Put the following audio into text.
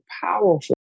powerful